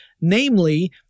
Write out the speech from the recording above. Namely